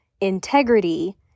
integrity